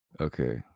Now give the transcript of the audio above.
okay